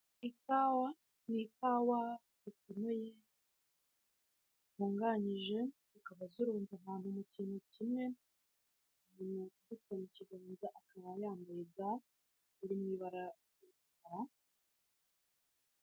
Ikawa ni ikawa zitonoye zitunganyije, zikaba zirunze ahantu mu kintu kimwe, umuntu uzifite mu kiganza akaba yambaye uturindantoki .